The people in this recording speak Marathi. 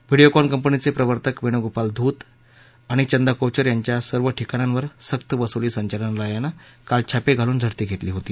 व्हिडिओकॉन कंपनीचे प्रवर्तक वेणूगोपाल धूत आणि चंदा कोचर यांच्या सर्व ठिकाणांवर सक्तवसुली संचालनालयानं काल छापे घालून झडती घेतली होती